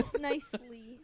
Nicely